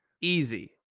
Easy